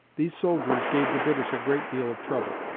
these soldiers gave the british a great deal of trouble.